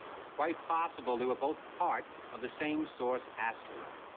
it's quite possible they were both part of the same source asteroid.